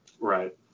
Right